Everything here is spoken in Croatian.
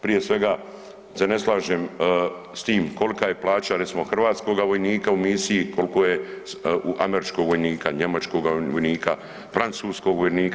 Prije svega se ne slažem s tim kolika je plaća recimo hrvatskoga vojnika u misiji, koliko je u američkog vojnika, njemačkoga vojnika, francuskog vojnika.